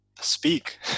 speak